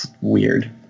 weird